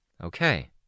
Okay